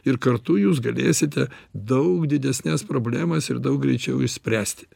ir kartu jūs galėsite daug didesnes problemas ir daug greičiau išspręsti